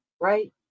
right